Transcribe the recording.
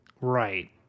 Right